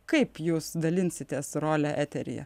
kaip jūs dalinsitės rolę eteryje